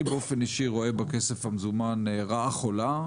אני באופן אישי רואה בכסף המזומן רעה חולה,